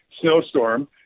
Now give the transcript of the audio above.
snowstorm